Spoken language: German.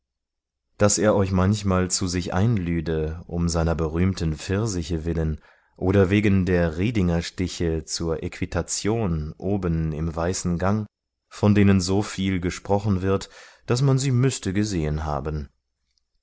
daß er euch manchmal zu sich einlüde um seiner berühmten pfirsiche willen oder wegen der ridingerstiche zur equitation oben im weißen gang von denen so viel gesprochen wird daß man sie müßte gesehen haben